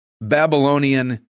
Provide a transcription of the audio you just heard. Babylonian